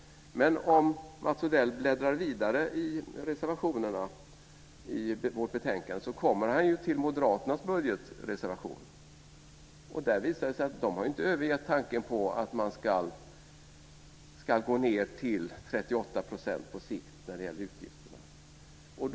Men om Mats Odell bläddrar vidare i reservationerna i vårt betänkande så kommer han ju till moderaternas budgetreservation. Där visar det sig att de inte har övergett tanken på att man ska gå ned till 38 % på sikt när det gäller utgifterna.